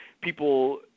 people